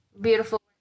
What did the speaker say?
beautiful